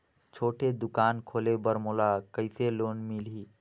छोटे दुकान खोले बर मोला कइसे लोन मिलही?